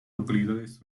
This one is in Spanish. localidades